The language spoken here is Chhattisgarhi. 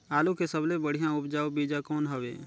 आलू के सबले बढ़िया उपजाऊ बीजा कौन हवय?